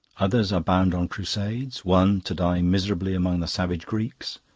others are bound on crusades one to die miserably among the savage greeks,